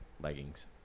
leggings